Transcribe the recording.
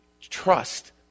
trust